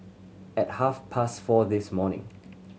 at half past four this morning